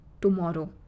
tomorrow